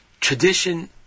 tradition